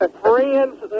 friends